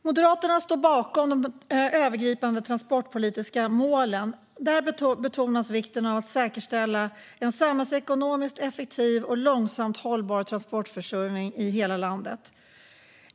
Moderaterna står bakom de övergripande transportpolitiska målen. Där betonas vikten av att säkerställa en samhällsekonomiskt effektiv och långsiktigt hållbar transportförsörjning i hela landet.